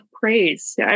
praise